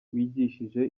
wigishije